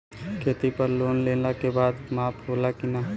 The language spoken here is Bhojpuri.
खेती पर लोन लेला के बाद माफ़ होला की ना?